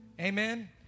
Amen